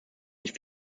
sich